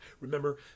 Remember